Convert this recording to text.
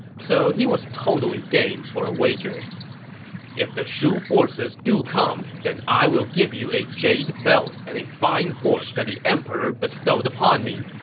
so he was totally game for a wager if the shu forces really do come, then i will give you a jade belt and a fine horse that the emperor bestowed upon me,